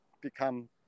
become